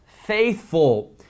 faithful